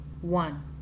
one